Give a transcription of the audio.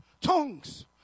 tongues